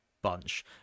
bunch